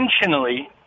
intentionally